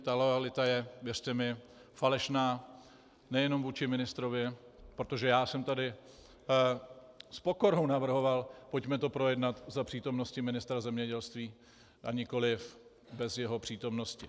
Ta loajalita je, věřte mi, falešná nejenom vůči ministrovi, protože já jsem tady s pokorou navrhoval, pojďme to projednat za přítomnosti ministra zemědělství, a nikoliv bez jeho přítomnosti.